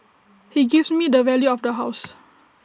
he gives me the value of the house